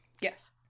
Yes